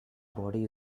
body